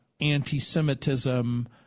anti-Semitism